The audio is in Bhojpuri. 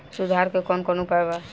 सुधार के कौन कौन उपाय वा?